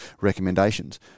recommendations